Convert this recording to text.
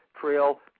Trail